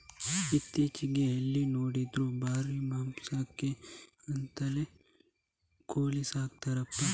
ಇತ್ತೀಚೆಗೆ ಎಲ್ಲಿ ನೋಡಿದ್ರೂ ಬರೀ ಮಾಂಸಕ್ಕೆ ಅಂತಲೇ ಕೋಳಿ ಸಾಕ್ತರಪ್ಪ